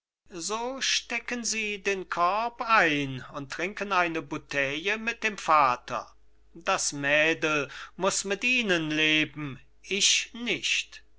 sagen so stecken sie den korb ein und trinken eine bouteille mit dem vater das mädel muß mit ihnen leben ich nicht